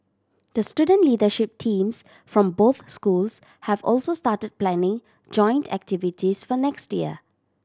the student leadership teams from both schools have also started planning joint activities for next year